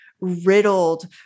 riddled